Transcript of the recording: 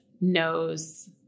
knows